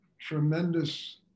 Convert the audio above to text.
tremendous